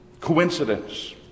coincidence